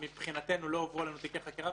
ומבחינתנו לא הועברו אלינו תיקי חקירה.